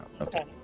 Okay